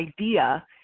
idea